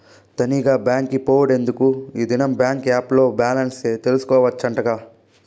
తనీగా బాంకి పోవుడెందుకూ, ఈ దినం బాంకీ ఏప్ ల్లో బాలెన్స్ తెల్సుకోవచ్చటగా